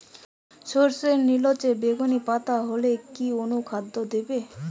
সরর্ষের নিলচে বেগুনি পাতা হলে কি অনুখাদ্য দেবো?